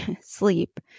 sleep